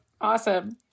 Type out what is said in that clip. Awesome